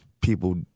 people